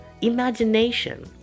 Imagination